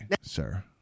sir